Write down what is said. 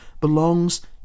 belongs